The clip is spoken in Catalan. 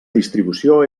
distribució